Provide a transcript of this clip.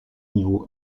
niveau